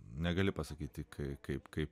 negali pasakyti kai kaip kad